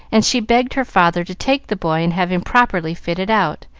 and she begged her father to take the boy and have him properly fitted out,